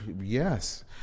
Yes